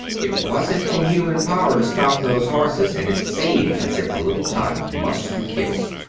it wasn't in human power to stop those horses, and it seemed as if the little tot must be killed.